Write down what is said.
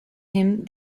him